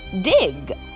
dig